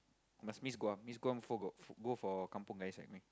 must Miss-Guam Miss-Guam fo~ go for kampung guys like me